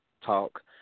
talk